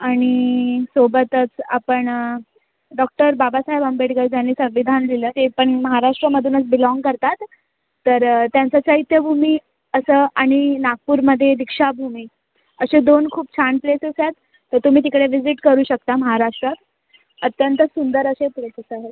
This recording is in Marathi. आणि सोबतच आपण डॉक्टर बाबासाहेब आंबेडकर ज्यांनी संविधान लिहिलं ते पण महाराष्ट्रामधूनच बिलॉन्ग करतात तर त्यांचं चैत्यभूमी असं आणि नागपूरमध्ये दीक्षाभूमी असे दोन खूप छान प्लेसेस आहेत तर तुम्ही तिकडे व्हिजिट करू शकता महाराष्ट्रात अत्यंत सुंदर असे प्लेसेस आहेत